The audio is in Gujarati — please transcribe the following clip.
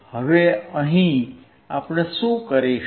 હવે અહીં આપણે શું કરીશું